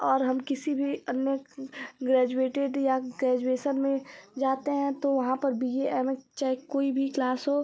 और हम किसी भी अन्य ग्रेजुएटेड या ग्रेजुएसन में जाते हैं तो वहाँ पर भी ये चाहे कोई भी क्लास हो